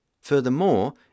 Furthermore